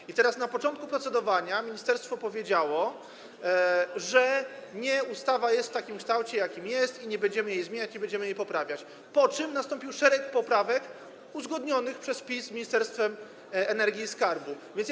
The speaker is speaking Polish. I teraz na początku procedowania ministerstwo powiedziało, że nie, ustawa jest w takim kształcie, jakim jest, nie będziemy jej zmieniać, nie będziemy jej poprawiać, po czym nastąpił szereg poprawek uzgodnionych przez PiS z Ministerstwem Energii i resortem Skarbu Państwa.